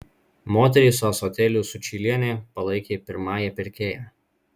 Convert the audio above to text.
moterį su ąsotėliu sučylienė palaikė pirmąja pirkėja